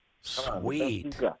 Sweet